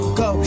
go